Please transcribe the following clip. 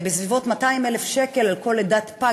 בסביבות 200,000 שקל על כל לידת פג.